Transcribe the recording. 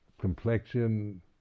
complexion